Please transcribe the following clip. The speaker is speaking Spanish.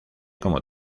como